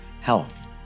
health